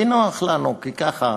כי נוח, ככה,